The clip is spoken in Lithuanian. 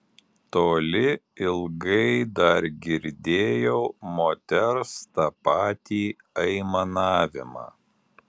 toli ilgai dar girdėjau moters tą patį aimanavimą